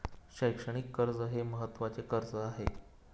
शैक्षणिक कर्ज हे महत्त्वाचे कर्ज आहे